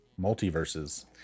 Multiverses